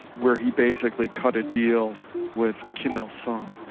where he basically cut a deal with kim il-sung,